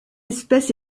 espèce